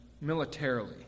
militarily